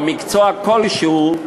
או מקצוע כלשהו,